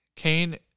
Cain